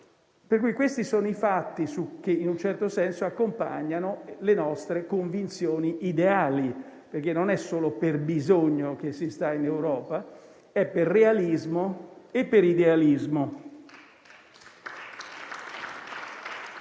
passato. Questi sono i fatti che in un certo senso accompagnano le nostre convinzioni ideali, perché non è solo per bisogno che si sta in Europa, ma per realismo e per idealismo.